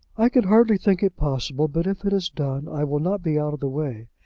i can hardly think it possible but, if it is done, i will not be out of the way.